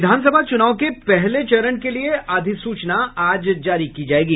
विधानसभा चुनाव के पहले चरण के लिये अधिसूचना आज जारी की जायेगी